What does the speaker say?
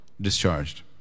discharged